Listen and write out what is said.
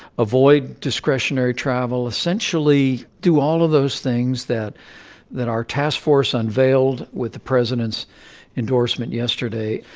avoid discretionary travel. essentially, do all of those things that that our task force unveiled with the president's endorsement yesterday.